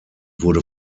wurde